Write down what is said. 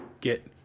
get